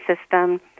System